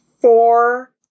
four